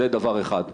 זה דבר אחד.